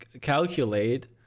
calculate